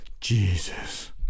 Jesus